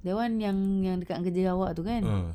the one yang yang dekat uncle awak tu kan